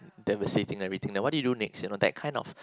they will setting everything and what you do next you that it kind of